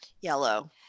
Yellow